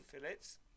fillets